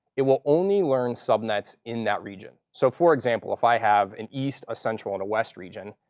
it will only learn subnets in that region. so for example, if i have an east, a central, and a west region,